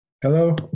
Hello